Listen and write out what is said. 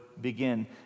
begin